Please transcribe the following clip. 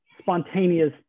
spontaneous